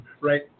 right